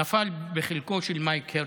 נפל בחלקו של מייק הרצוג.